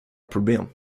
problem